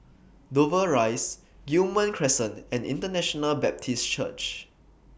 Dover Rise Guillemard Crescent and International Baptist Church